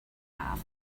haf